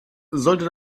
sollte